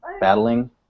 battling